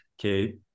okay